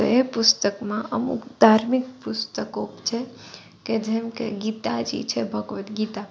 તો એ પુસ્તકમાં અમુક ધાર્મિક પુસ્તકો છે કે જેમ કે ગીતાજી છે ભગવદ્ ગીતા